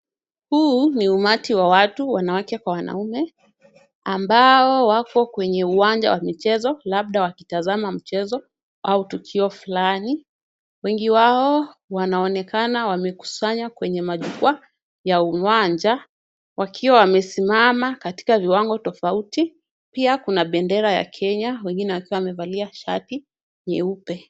Huu ni umati wa watu, wanawake kwa wanaume, ambao wako kwenye uwanja wa michezo labda wakitazama mchezo au tukio fulani. Wengi wao wanaonekana wamekusanya kwenye majukwaa ya uwanja, wakiwa wamesimama katika viwango tofauti. Pia kuna bendera ya Kenya, wengine wakiwa wamevalia shati nyeupe.